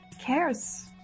cares